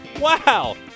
Wow